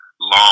long